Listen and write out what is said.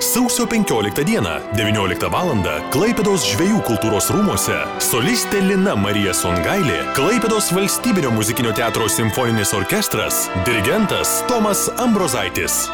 sausio penkioliktą dieną devynioliktą valandą klaipėdos žvejų kultūros rūmuose solistė lina marija songailė klaipėdos valstybinio muzikinio teatro simfoninis orkestras dirigentas tomas ambrozaitis